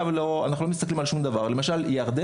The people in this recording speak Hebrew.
למשל,